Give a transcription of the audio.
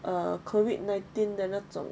err COVID nineteen 的那种